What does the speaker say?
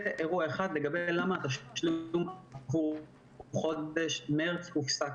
זה אירוע אחד לגבי למה התשלום עבור חודש מרץ הופסק.